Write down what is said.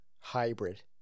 hybrid